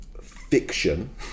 fiction